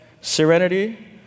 serenity